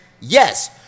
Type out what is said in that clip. Yes